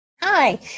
Hi